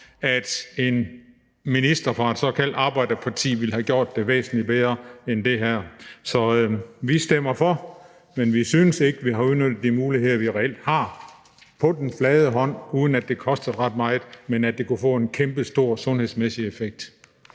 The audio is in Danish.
at en minister fra et såkaldt arbejderparti ville have gjort det væsentlig bedre end det her. Så vi stemmer for, men vi synes ikke, vi har udnyttet de muligheder, vi reelt har på den flade hånd, uden at det ville koste ret meget, men hvor det kunne få en kæmpestor sundhedsmæssig effekt.